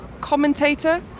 commentator